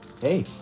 hey